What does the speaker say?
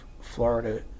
Florida